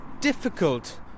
difficult